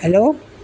hello